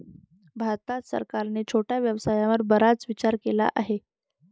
भारत सरकारने छोट्या व्यवसायावर बराच विचार केला आहे